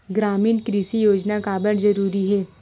ग्रामीण कृषि योजना काबर जरूरी हे?